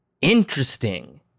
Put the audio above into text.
Interesting